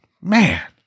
man